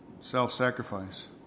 self-sacrifice